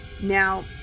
now